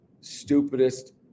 stupidest